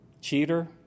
cheater